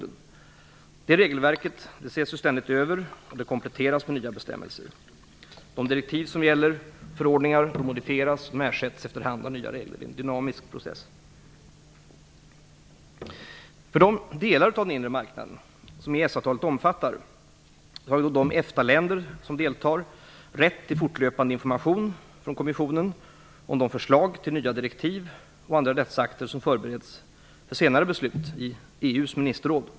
Detta regelverk ses ständigt över och kompletteras med nya bestämmelser. Gällande direktiv och förordningar modifieras eller ersätts efter hand av nya regler. Det är en dynamisk process. avtalet omfattar har de EFTA-länder som deltar rätt till fortlöpande information från kommissionen om de förslag till nya direktiv och andra rättsakter som förbereds för senare beslut i EU:s ministerråd.